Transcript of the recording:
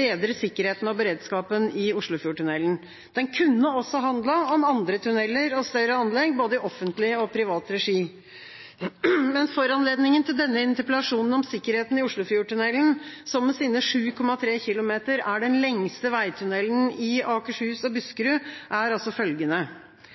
bedre sikkerheten og beredskapen i Oslofjordtunnelen. Den kunne også handlet om andre tunneler og større anlegg, både i offentlig og i privat regi. Foranledningen til denne interpellasjonen om sikkerheten i Oslofjordtunnelen, som med sine 7,3 km er den lengste veitunnelen i Akershus og Buskerud, er følgende: